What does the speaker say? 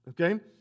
Okay